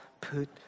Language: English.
put